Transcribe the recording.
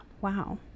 Wow